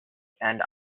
and